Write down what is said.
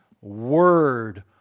Word